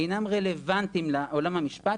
אינם רלוונטיים לעולם המשפט,